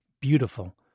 beautiful